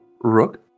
Rook